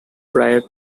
prior